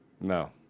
no